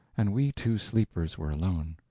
and we two sleepers were alone.